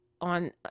on